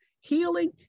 Healing